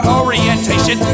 orientation